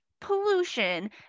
pollution